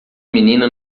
menina